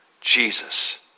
Jesus